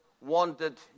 wanted